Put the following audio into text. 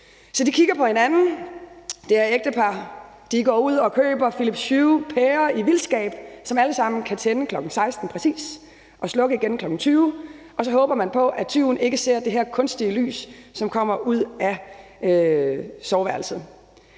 kigger på hinanden og går ud køber Philips Hue-pærer i vildskab, som alle sammen kan tænde kl. 16.00 præcis og slukke igen kl. 20.00, og så håber man på, at tyven ikke ser det her kunstige lys, som kommer ud af soveværelset.